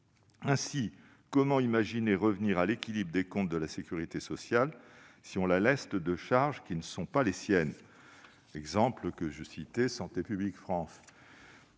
Ainsi, comment imaginer revenir à l'équilibre des comptes de la sécurité sociale si on la leste de charges qui ne sont pas les siennes, comme celles de Santé publique France,